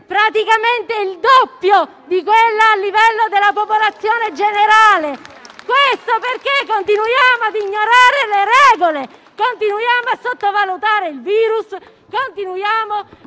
praticamente il doppio di quella della popolazione generale. Questo perché continuiamo a ignorare le regole, continuiamo a sottovalutare il virus, continuiamo